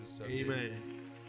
Amen